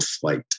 flight